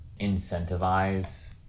incentivize